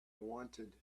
wanted